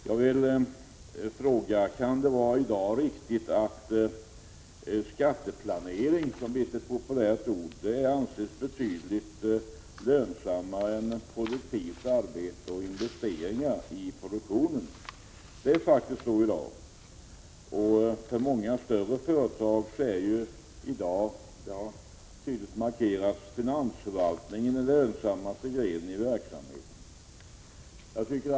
Jag vill fråga: Kan det vara riktigt att skatteplanering, som blivit ett populärt ord, anses betydligt lönsammare än produktivt arbete och investeringar i produktionen? Det är faktiskt så i dag. I många större företag är i dag — det har tydligt markerats — finansförvaltningen den lönsammaste grenen i verksamheten.